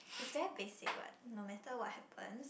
it's very basic what no matter what happens